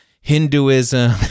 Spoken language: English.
Hinduism